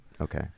Okay